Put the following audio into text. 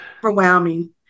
Overwhelming